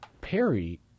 Perry